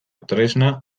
tresna